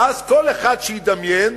ואז, כל אחד שידמיין